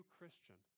Christian